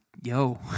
yo